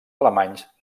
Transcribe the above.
alemanys